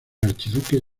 archiduque